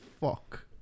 fuck